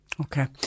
Okay